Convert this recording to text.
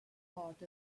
part